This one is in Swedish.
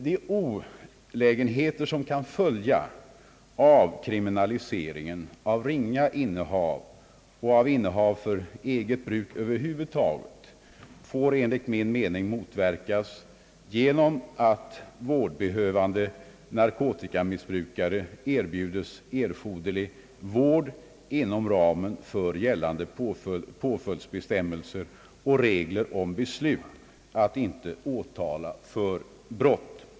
De olägenheter som kan följa av kriminaliseringen av ringa innehav och av innehav för eget bruk över huvud taget får enligt min mening motverkas genom att vårdbehövande narkotikamissbrukare erbjuds erforderlig vård inom ramen för gällande påföljdsbestämmelser och regler om beslut att inte åtala för brott.